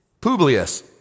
Publius